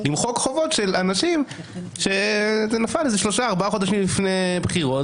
למחוק חובות של אנשים שזה נפל איזה שלושה-ארבעה חודשים לפני הבחירות.